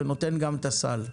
ונותן גם את הסל.